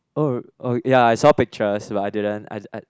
oh oh ya I saw pictures but I didn't I I